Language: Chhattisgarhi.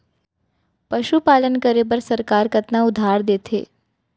पशुपालन करे बर सरकार कतना उधार देथे?